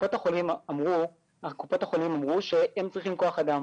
קופות החולים אמרו שהן צריכות כוח אדם.